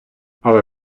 але